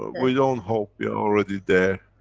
ah we don't hope, we are already there,